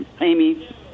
Amy